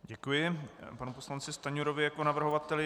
Děkuji panu poslanci Stanjurovi jako navrhovateli.